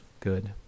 good